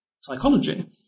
psychology